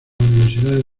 universidades